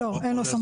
לא, אין לו סמכות.